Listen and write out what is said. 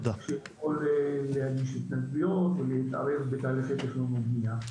יכול להגיש התנגדויות ולהתערב בתהליכי תכנון ובנייה.